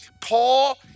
Paul